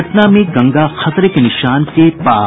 पटना में गंगा खतरे के निशान के पार